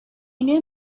new